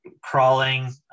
crawling